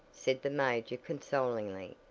said the major consolingly.